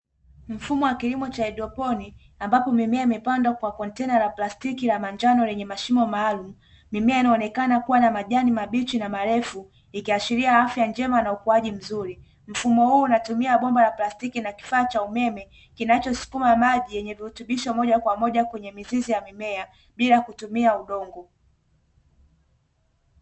Mfumo wa kilimo cha haidroponi, ambapo mimea imepandwa kwa kontena la plastiki la manjano lenye mashimo maalumu, mimea inaonekana kuwa na majani mabichi na marefu ikiashiria afya njema na ukuaji mzuri, mfumo huu unatumia bomba la plastiki na kifaa cha umeme kinachosukuma maji yenye virutubisho moja kwa moja kwenye mizizi ya mimea bila kutumia udongo.